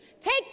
Take